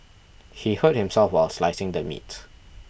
he hurt himself while slicing the meat